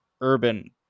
Urban